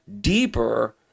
deeper